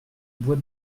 bois